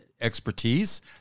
expertise